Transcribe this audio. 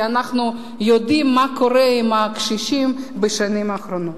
כי אנחנו יודעים מה קורה עם הקשישים בשנים האחרונות.